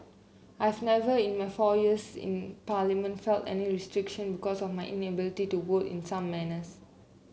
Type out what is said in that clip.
I've never in my four years in parliament felt any restriction because of my inability to vote in some manners